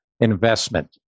investment